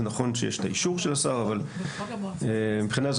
זה נכון שיש את האישור של השר אבל מבחינה זו